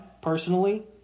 personally